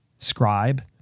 Scribe